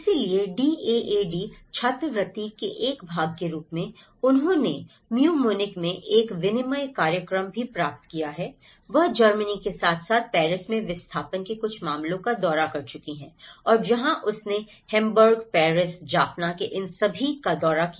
इसलिए डीएएडी छात्रवृत्ति के एक भाग के रूप में उन्होंने म्यू म्यूनिख में एक विनिमय कार्यक्रम भी प्राप्त किया वह जर्मनी के साथ साथ पेरिस में विस्थापन के कुछ मामलों का दौरा कर चुकी हैं और जहां उसने हैम्बर्ग पेरिस जाफना में इन सभी का दौरा किया